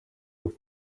aza